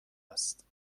است